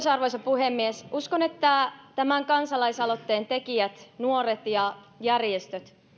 arvoisa puhemies uskon että tämän kansalaisaloitteen tekijät nuoret ja järjestöt